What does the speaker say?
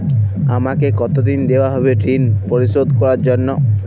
আমাকে কতদিন দেওয়া হবে ৠণ পরিশোধ করার জন্য?